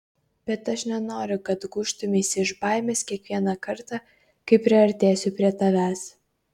bet aš nenoriu kad gūžtumeisi iš baimės kiekvieną kartą kai priartėsiu prie tavęs